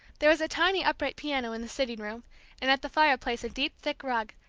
there was a tiny upright piano in the sitting-room, and at the fireplace a deep thick rug,